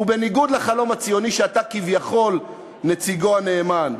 שהוא בניגוד לחלום הציוני שאתה כביכול נציגו הנאמן.